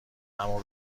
همو